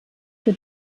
für